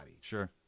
Sure